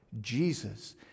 Jesus